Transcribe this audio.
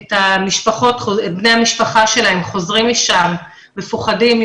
את בני המשפחה שלהם חוזרים משם מפוחדים,